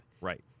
Right